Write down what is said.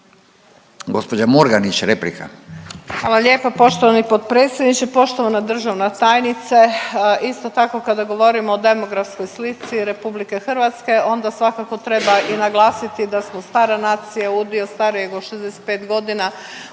replika. **Murganić, Nada (HDZ)** Hvala lijepa poštovani potpredsjedniče, poštovana državna tajnice. Isto tako, kada govorimo o demografskoj slici RH onda svakako treba i naglasiti da smo stara nacija, udio starijih od 65 godina u